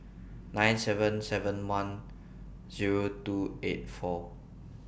nine seven seven one Zero two eight four